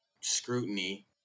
scrutiny